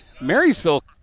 Marysville